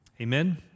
Amen